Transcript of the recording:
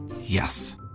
Yes